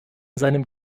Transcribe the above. seinem